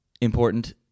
important